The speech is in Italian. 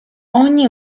ogni